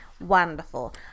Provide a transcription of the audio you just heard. Wonderful